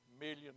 Million